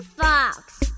fox